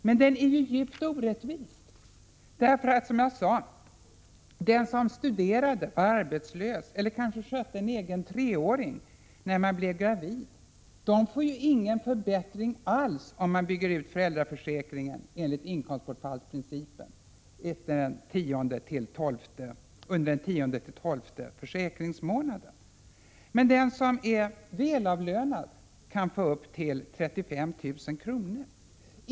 Men en utbyggd föräldraförsäkring är ju, som jag nyss sade, djupt orättvis eftersom den som studerade, var arbetslös eller kanske skötte en egen treåring när hon blev gravid inte får någon förbättring alls, om man bygger ut föräldraförsäkringen under den tionde till tolfte försäkringsmånaden enligt inkomstbortfallsprincipen. Men den som är välavlönad kan få upp till 35 000 kr.